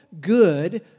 good